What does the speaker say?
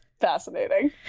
Fascinating